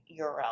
URL